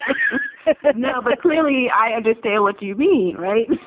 um know, but clearly i understand what you mean right.